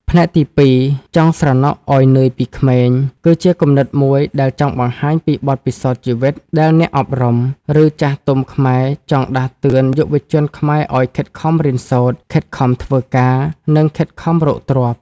ផ្នែកទី២«ចង់ស្រណុកឱ្យនឿយពីក្មេង» គឺជាគំនិតមួយដែលចង់បង្ហាញពីបទពិសោធន៍ជីវិត ដែលអ្នកអប់រំ ឬចាស់ទុំខ្មែរចង់ដាស់តឿនយុវជនខ្មែរឱ្យខិតខំរៀនសូត្រ ខិតខំធ្វើការ និងខិតខំរកទ្រព្យ។